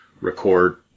record